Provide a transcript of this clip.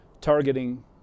targeting